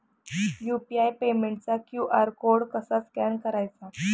UPI पेमेंटचा QR code कसा scan करायचा?